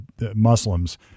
Muslims